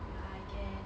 ya I guess